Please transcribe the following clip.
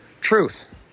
truth